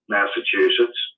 Massachusetts